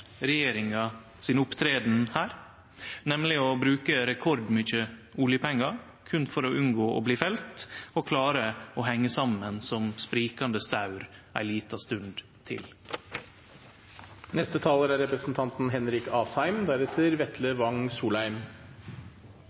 her, nemleg å bruke rekordmykje oljepengar, berre for å unngå å bli felt og klare å hengje saman som sprikande staur ei lita stund